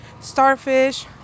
starfish